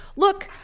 look,